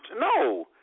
no